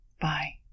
Bye